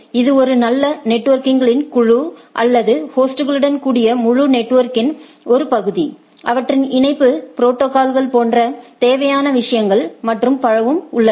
எனவே இது ஒரு நல்ல நெட்வொர்க்களின் குழு அல்லது ஹோஸ்ட்களுடன் கூடிய முழு நெட்வொர்க்கின் ஒரு பகுதி அவற்றின் இணைப்பு ப்ரோடோகால்கள் போன்ற தேவையான விஷயங்கள் மற்றும் பலவும் ஆகும்